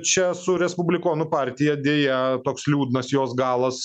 čia su respublikonų partija deja toks liūdnas jos galas